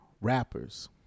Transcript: rappers